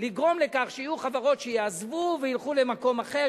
לגרום לכך שיהיו חברות שיעזבו וילכו למקום אחר,